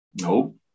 Nope